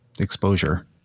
exposure